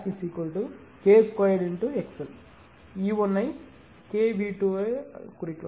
E1 ஐ K V2 ஐ குறிக்கிறது